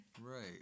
Right